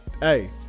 hey